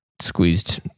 squeezed